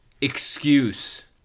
excuse